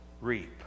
reap